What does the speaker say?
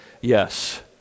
yes